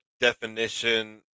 definition